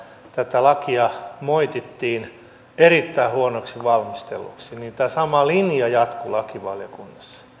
tätä lakia moitittiin erittäin huonosti valmistelluksi niin tämä sama linja jatkui lakivaliokunnassa